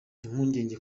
impungenge